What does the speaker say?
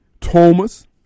Thomas